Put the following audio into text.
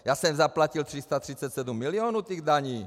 Já jsem zaplatil 337 milionů těch daní.